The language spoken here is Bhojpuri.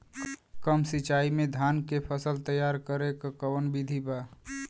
कम सिचाई में धान के फसल तैयार करे क कवन बिधि बा?